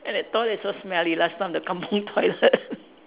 and the toilet is so smelly last time the kampung toilet